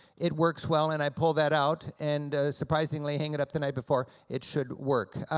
it works well and i pull that out, and surprisingly, hang it up the night before, it should work.